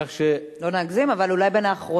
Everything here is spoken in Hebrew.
כך, לא נגזים, אבל אולי בין האחרונות.